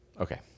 okay